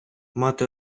мати